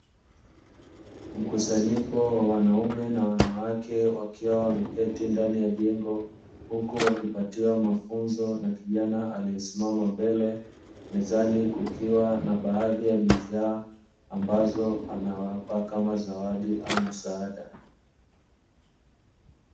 Mkusanyiko wa wanaume na wanawake wakiwa wameketi ndani ya jengo, huku wakipatiwa mafunzo na kijana aliesimama mbele, mezani kukiwa na baadhi ya bidhaa ambazo anawapa kama zawadi au msaada.